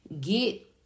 get